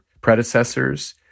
predecessors